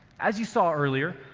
as you saw earlier,